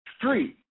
Three